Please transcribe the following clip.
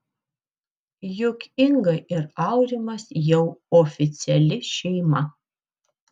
juk inga ir aurimas jau oficiali šeima